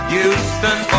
Houston